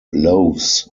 loaves